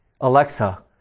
Alexa